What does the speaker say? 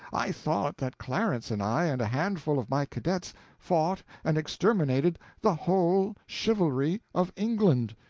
i thought that clarence and i and a handful of my cadets fought and exterminated the whole chivalry of england!